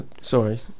sorry